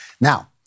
Now